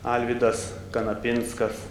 alvydas kanapinskas